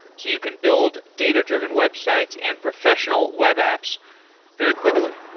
you can build data-driven websites and professional web apps very quickly.